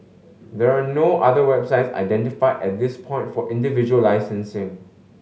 there are no other websites identified at this point for individual licensing